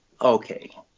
okay